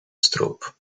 stroop